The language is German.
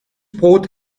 brot